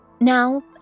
Now